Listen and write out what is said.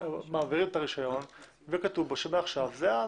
מעבירים את הרישיון וכתוב בו שמעכשיו זה האיש.